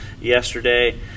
yesterday